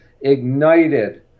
ignited